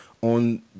on